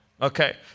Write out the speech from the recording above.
Okay